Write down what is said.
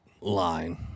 line